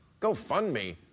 GoFundMe